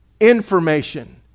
Information